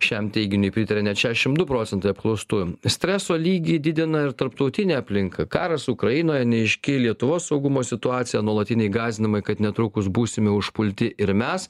šiam teiginiui pritaria net šešiasdešimt du procentai apklaustųjų streso lygį didina ir tarptautinė aplinka karas ukrainoje neaiški lietuvos saugumo situacija nuolatiniai gąsdinimai kad netrukus būsime užpulti ir mes